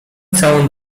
całą